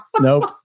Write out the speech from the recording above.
Nope